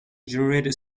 generate